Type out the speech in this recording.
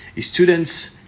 students